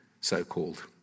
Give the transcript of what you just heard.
so-called